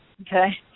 okay